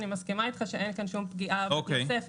אני מסכימה איתך שאין כאן שום פגיעה בתוספת.